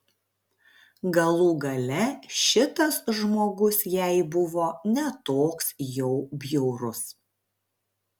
galų gale šitas žmogus jai buvo ne toks jau bjaurus